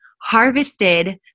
harvested